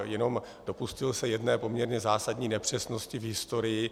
Jenom se dopustil jedné poměrně zásadní nepřesnosti v historii.